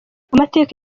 amateka